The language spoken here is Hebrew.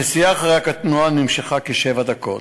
הנסיעה אחרי הקטנוע נמשכה כשבע דקות.